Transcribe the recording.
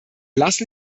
lassen